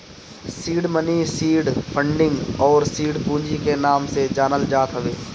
seed money seed funding अउरी seed पूंजी के नाम से जानल जात हवे